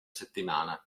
settimana